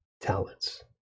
talents